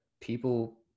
people